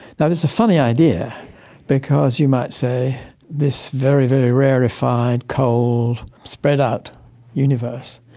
now, it's a funny idea because you might say this very, very rarefied, cold, spread-out universe,